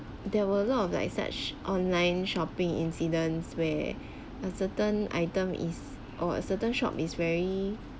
there were a lot of like such online shopping incidents where uncertain item is or a certain shop is very